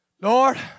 Lord